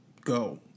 go